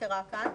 שהוזכרה כאן.